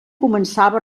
començava